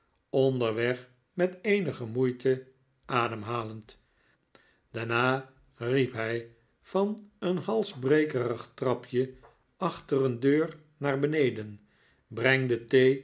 onderweg met eenige moeite ademhalend daarna riep hij van een halsbrekerig trapje achter een deur naar beneden breng de